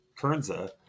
Kernza